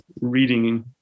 reading